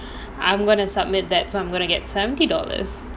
ah ya I am going to submit that so I'm going to get seventy dollars